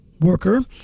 Worker